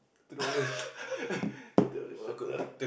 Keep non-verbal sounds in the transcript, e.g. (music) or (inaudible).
two dollar jer (laughs) two dollar